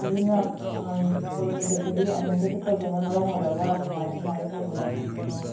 ꯑꯗꯨꯅ ꯕꯥꯔꯨꯅꯤ ꯆꯠꯄꯁꯦ ꯑꯃꯨꯛꯇ ꯆꯠꯇꯕꯅ ꯃꯔꯝ ꯑꯣꯏꯔꯒ ꯀꯃꯥꯏꯅ ꯀꯃꯥꯏꯅ ꯇꯧꯕꯅꯣ ꯈꯣꯠꯄꯅꯣ